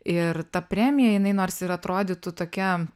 ir ta premija jinai nors ir atrodytų tokia